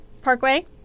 Parkway